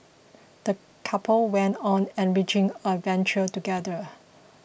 the couple went on an enriching adventure together